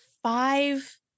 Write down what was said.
Five